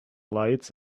lights